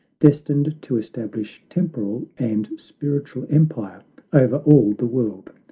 destined to establish temporal and spiritual empire over all the world.